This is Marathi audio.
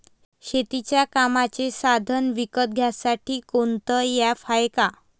शेतीच्या कामाचे साधनं विकत घ्यासाठी कोनतं ॲप हाये का?